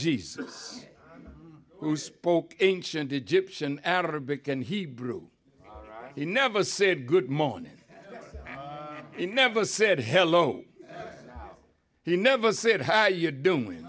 jesus who spoke ancient egyptian arabic and hebrew he never said good morning he never said hello he never said how you doing